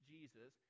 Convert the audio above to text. Jesus